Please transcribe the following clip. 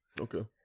okay